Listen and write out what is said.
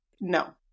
no